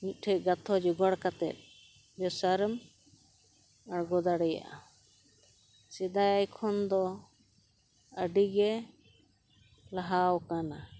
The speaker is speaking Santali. ᱢᱤᱫᱴᱷᱮᱡ ᱜᱟᱛᱷᱚ ᱡᱚᱜᱟᱲ ᱠᱟᱛᱮᱫ ᱵᱮᱵᱥᱟᱨᱮᱢ ᱟᱬᱜᱚ ᱫᱟᱲᱮᱭᱟᱜᱼᱟ ᱥᱮᱫᱟᱭ ᱠᱷᱚᱱ ᱫᱚ ᱟᱹᱰᱤᱜᱮ ᱞᱟᱦᱟ ᱠᱟᱱᱟ